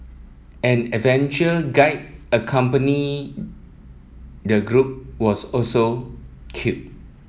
an adventure guide accompanying the group was also killed